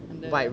அந்த:antha